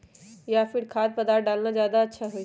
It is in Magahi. या फिर खाद्य पदार्थ डालना ज्यादा अच्छा होई?